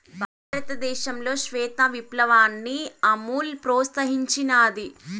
భారతదేశంలో శ్వేత విప్లవాన్ని అమూల్ ప్రోత్సహించినాది